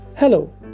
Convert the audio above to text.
Hello